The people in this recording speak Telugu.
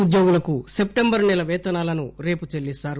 ఉద్యోగులకు సెప్టెంబర్ నెల పేతనాలను రేపు చెల్లిస్తారు